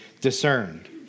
discerned